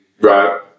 right